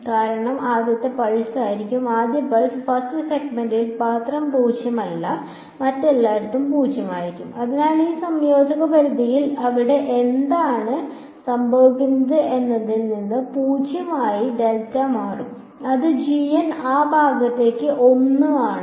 കാരണം ആദ്യത്തെ പൾസ് ആയിരിക്കും ആദ്യ പൾസ് ഫസ്റ്റ് സെഗ്മെന്റിൽ മാത്രം പൂജ്യമല്ല മറ്റെല്ലായിടത്തും 0 ആയിരിക്കും അതിനാൽ ഈ സംയോജന പരിധിയിൽ ഇവിടെ എന്താണ് സംഭവിക്കുന്നത് എന്നതിൽ നിന്ന് 0 ആയി മാറും അത് ആ ഭാഗത്തിന് 1 ആണ്